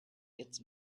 its